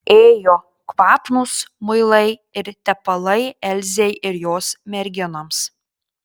ėjo kvapnūs muilai ir tepalai elzei ir jos merginoms